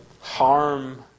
harm